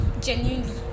genuinely